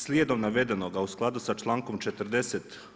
Slijedom navedenoga, a u skladu sa člankom 40.